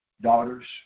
daughters